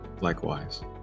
likewise